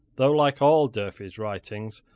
though like all durfey's writings,